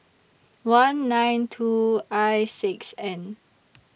one nine two I six N